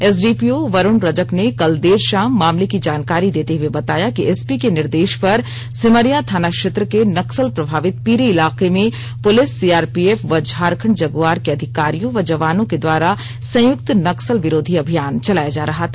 SDPO Varun Rajak ने कल देर शाम मामले की जानकारी देते हुए बताया कि एसपी के निर्देश पर सिमरिया थाना क्षेत्र के नक्सल प्रभावित पीरी इलाके में पुलिस सीआरपीएफ व झारखंड जगुआर के अधिकारियों व जवानों के द्वारा संयुक्त नक्सल विरोधी अभियान चलाया जा रहा था